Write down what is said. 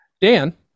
Dan